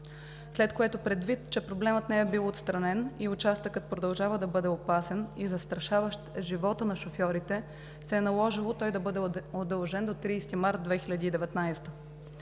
след което, предвид че проблемът не е бил отстранен и участъкът продължава да бъде опасен и застрашаващ живота на шофьорите, се е наложило той да бъде удължен до 30 март 2019 г.